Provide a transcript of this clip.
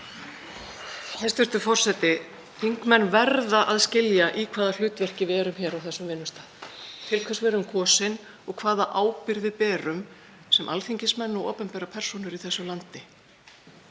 Hæstv. forseti. Þingmenn verða að skilja í hvaða hlutverki við erum hér á þessum vinnustað, til hvers við erum kosin og hvaða ábyrgð við berum sem alþingismenn og opinberar persónur í þessu landi.